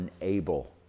unable